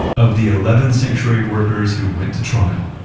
of the eleven sanctuary workers who went to trial,